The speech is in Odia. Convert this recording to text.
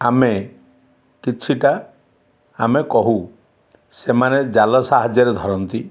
ଆମେ କିଛିଟା ଆମେ କହୁ ସେମାନେ ଜାଲ ସାହାଯ୍ୟରେ ଧରନ୍ତି